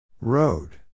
Road